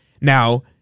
Now